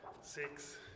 six